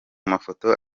mafoto